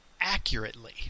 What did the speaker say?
accurately